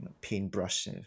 paintbrush